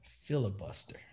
filibuster